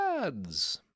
ads